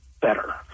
better